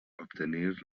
obtenir